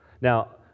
Now